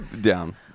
down